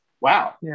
wow